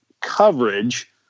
coverage